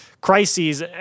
crises